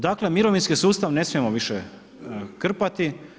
Dakle, mirovinski sustav ne smijemo više krpati.